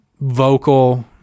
vocal